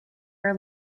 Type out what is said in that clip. are